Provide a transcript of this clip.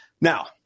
Now